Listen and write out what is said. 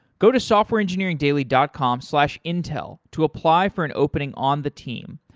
go to softwareengineeringdaily dot com slash intel to apply for an opening on the team.